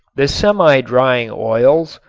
the semi-drying oils,